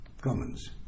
Commons